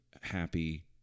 happy